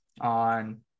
on